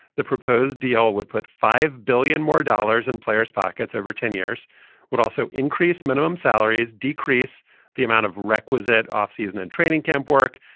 the proposed deal would put five billion dollars more dollars in players pockets over ten years would also increase minimum salaries, decrease the amount of requisite offseason and training camp work,